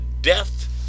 death